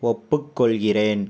ஒப்புக்கொள்கிறேன்